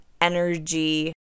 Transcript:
energy